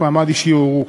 מעמד אישי או הורות.